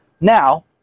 Now